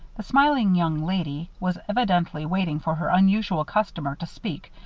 the smiling young lady was evidently waiting for her unusual customer to speak,